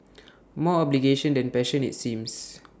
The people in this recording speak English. more obligation than passion IT seems